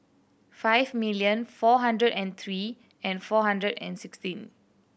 five million four hundred and three and four hundred and sixteen